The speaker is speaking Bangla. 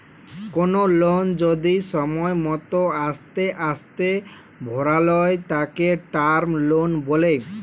কোনো লোন যদি সময় মতো আস্তে আস্তে ভরালয় তাকে টার্ম লোন বলে